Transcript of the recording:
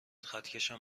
خطکشم